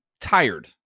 tired